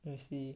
I see